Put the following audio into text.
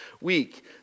week